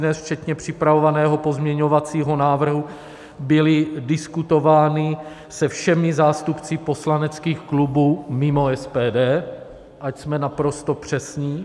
Včetně připravovaného pozměňovacího návrhu byly diskutovány se všemi zástupci poslaneckých klubů, mimo SPD, ať jsme naprosto přesní.